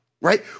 right